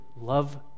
love